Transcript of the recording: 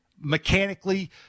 mechanically